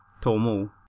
Tomo